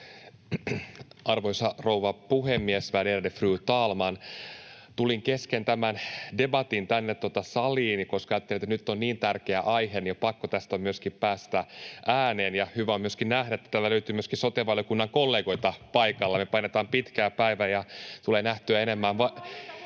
Arvoisa rouva puhemies, värderade fru talman! Tulin kesken tämän debatin tänne saliin, koska ajattelin, että nyt on niin tärkeä aihe, että pakko tästä on myöskin päästä ääneen. Ja hyvä myöskin nähdä, että täältä löytyy sote-valiokunnan kollegoita paikalta. Me painetaan pitkää päivää [Krista Kiuru: Täällä